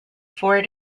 four